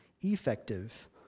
effective